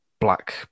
black